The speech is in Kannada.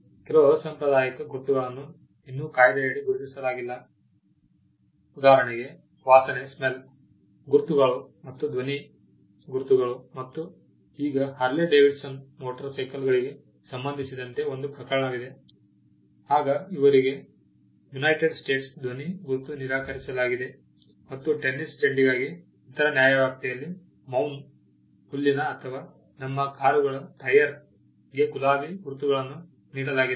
ಕೆಲವು ಅಸಾಂಪ್ರದಾಯಿಕ ಗುರುತುಗಳನ್ನು ಇನ್ನೂ ಕಾಯಿದೆಯಡಿ ಗುರುತಿಸಲಾಗಿಲ್ಲ ಉದಾಹರಣೆಗೆ ವಾಸನೆ ಗುರುತುಗಳು ಮತ್ತು ಧ್ವನಿ ಗುರುತುಗಳು ಮತ್ತು ಈಗ ಹಾರ್ಲೆ ಡೇವಿಡ್ಸನ್ ಮೋಟರ್ ಸೈಕಲ್ಗಳಿಗೆ ಸಂಬಂಧಿಸಿದಂತೆ ಒಂದು ಪ್ರಕರಣವಿದೆ ಆಗ ಅವರಿಗೆ ಯುನೈಟೆಡ್ ಸ್ಟೇಟ್ಸ್ನಲ್ಲಿ ಧ್ವನಿ ಗುರುತು ನಿರಾಕರಿಸಲಾಗಿದೆ ಮತ್ತು ಟೆನಿಸ್ ಚೆಂಡಿಗಾಗಿ ಇತರ ನ್ಯಾಯವ್ಯಾಪ್ತಿಯಲ್ಲಿ ಮೌನ್ ಹುಲ್ಲಿನ ಅಥವಾ ನಮ್ಮ ಕಾರುಗಳ ಟೈಯರ್ಗೆ ಗುಲಾಬಿ ಗುರುತುಗಳನ್ನು ನೀಡಲಾಗಿದೆ